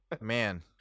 Man